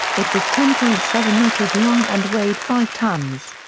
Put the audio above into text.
it was ten point seven metres long and weighed five tonnes.